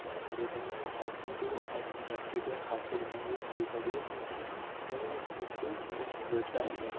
यह पर्यटन है और साथ में जो हैन्ड क्राफ़्टेड या हाथ से बनाई हुई चीज़ों का भी एक मुख्य वह मुख्य व्यवसाय है